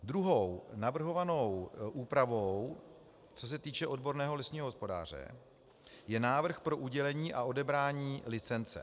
Druhou navrhovanou úpravou, co se týče odborného lesního hospodáře, je návrh pro udělení a odebrání licence.